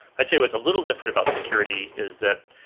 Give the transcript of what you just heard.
i'd say what's a little different about security is that